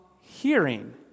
hearing